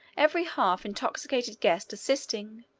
every half-intoxicated guest assisting,